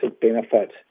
benefit